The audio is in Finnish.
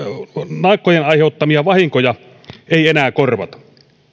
naakkojen aiheuttamia vahinkoja ei enää korvata